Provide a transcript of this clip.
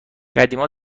قدیما